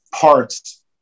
parts